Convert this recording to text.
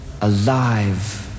alive